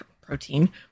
protein